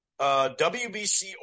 WBC